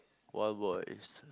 wild boys